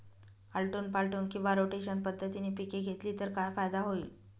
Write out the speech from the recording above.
आलटून पालटून किंवा रोटेशन पद्धतीने पिके घेतली तर काय फायदा होईल?